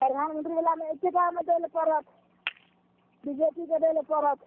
प्रधानमन्त्रीवला मे एकैटामे दै लए पड़त बी जे पी के दै लए पड़त